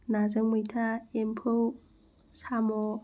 नाजों मैथा एम्फौ साम'